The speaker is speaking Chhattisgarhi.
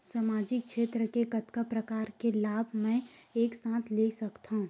सामाजिक क्षेत्र के कतका प्रकार के लाभ मै एक साथ ले सकथव?